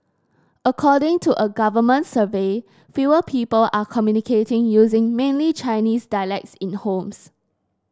according to a government survey fewer people are communicating using mainly Chinese dialects in homes